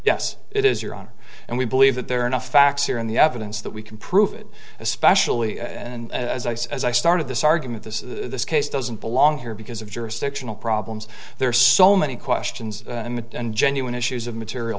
yes it is your honor and we believe that there are enough facts here in the evidence that we can prove it especially as i started this argument this this case doesn't belong here because of jurisdictional problems there are so many questions and genuine issues of material